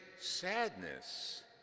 sadness